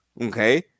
Okay